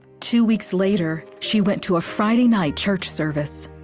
two weeks later, she went to a friday night church service.